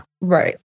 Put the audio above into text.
right